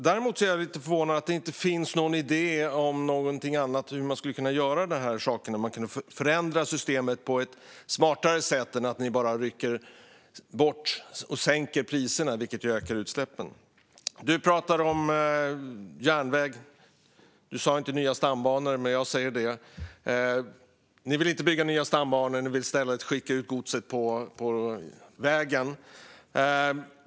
Däremot är jag lite förvånad över att det inte finns någon idé om hur man skulle kunna förändra systemet på ett smartare sätt än att bara sänka priserna, vilket ökar utsläppen. Du pratade om järnvägen, Sten Bergheden. Du sa ingenting om nya stambanor, men jag säger det. Ni vill inte bygga nya stambanor. Ni vill i stället skicka ut godset på vägarna.